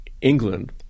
England